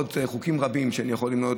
חוקים רבים שאני יכול למנות,